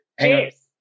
Cheers